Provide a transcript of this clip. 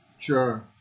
Sure